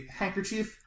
handkerchief